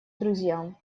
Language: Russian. друзьям